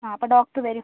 ആ അപ്പം ഡോക്ടർ വരും